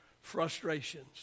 frustrations